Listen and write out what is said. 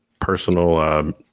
personal